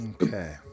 Okay